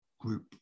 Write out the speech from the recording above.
group